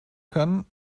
kann